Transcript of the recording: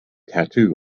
tattoo